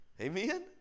Amen